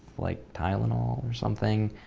like, tylenol or something.